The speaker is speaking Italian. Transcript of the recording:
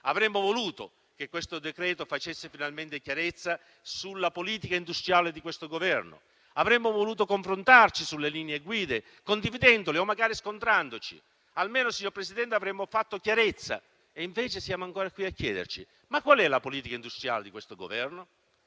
Avremmo voluto che questo decreto facesse finalmente chiarezza sulla politica industriale di questo Governo. Avremmo voluto confrontarci sulle linee guida. condividendole o magari scontrandoci. Almeno, signora Presidente, avremmo fatto chiarezza. Invece, siamo ancora qui a chiederci: ma qual è la politica industriale di questo Governo?